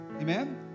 Amen